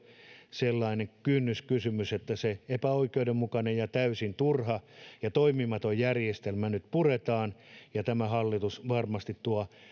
sellainen kynnyskysymys että se epäoikeudenmukainen ja täysin turha ja toimimaton järjestelmä nyt puretaan ja tämä hallitus varmasti tuo